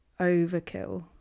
overkill